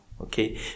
okay